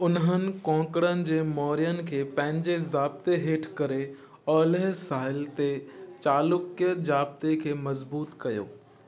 उन्हनि कोकणानि जे मौर्यनि खे पंहिंजे ज़ाब्ते हेठि करे ओल्ह साहिल ते चालुक्य ज़ाब्ते खे मज़बूत कयो